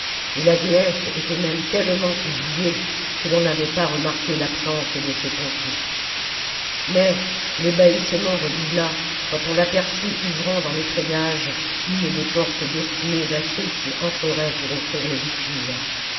et la déesse était même tellement oubliée que l'on n'avait pas remarqué l'absence de ses pontifes mais l'ébahissement redoubla quand on l'aperçut ouvrant dans les treillages une des portes destinées à ceux qui entreraient pour offrir les victimes